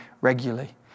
regularly